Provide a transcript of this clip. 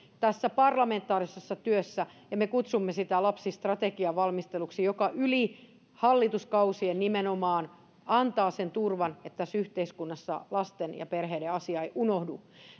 tässä parlamentaarisessa työssä ja me kutsumme sitä lapsistrategian valmisteluksi joka yli hallituskausien nimenomaan antaa sen turvan että tässä yhteiskunnassa lasten ja perheiden asia ei unohdu